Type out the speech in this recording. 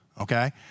Okay